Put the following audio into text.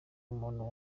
umuntu